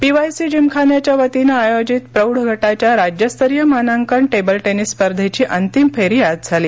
PYC जिमखानाच्यावतीनं आयोजित प्रौढ गटाच्या राज्यस्तरीय मानांकन टेबल टेनिस स्पर्धेची अंतिम फेरी आज झाली